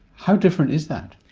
how different is that?